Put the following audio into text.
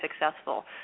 successful